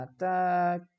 attack